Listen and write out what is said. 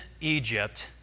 Egypt